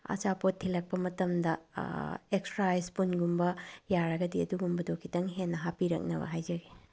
ꯑꯆꯥꯄꯣꯠ ꯊꯤꯜꯂꯛꯄ ꯃꯇꯝꯗ ꯑꯦꯛꯁꯇ꯭ꯔꯥ ꯁ꯭ꯄꯨꯟꯒꯨꯝꯕ ꯌꯥꯔꯒꯗꯤ ꯑꯗꯨꯒꯨꯝꯕꯗꯨ ꯈꯤꯇꯪ ꯍꯦꯟꯅ ꯍꯥꯞꯄꯤꯔꯛꯅꯕ ꯍꯥꯏꯖꯒꯦ